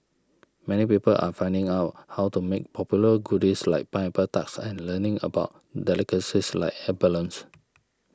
many people are finding out how to make popular goodies like pineapple tarts and learning about delicacies like abalones